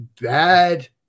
bad –